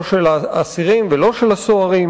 לא של האסירים ולא של הסוהרים,